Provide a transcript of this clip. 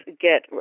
get